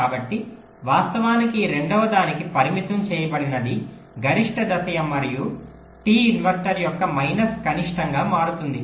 కాబట్టి వాస్తవానికి ఈ రెండవదానికి పరిమితం చేయబడినది గరిష్ట దశ మరియు టి ఇన్వర్టర్ యొక్క మైనస్ కనిష్టంగా మారుతుంది